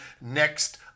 next